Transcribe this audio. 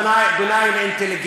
איזה?